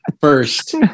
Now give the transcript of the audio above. first